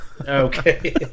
Okay